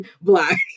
Black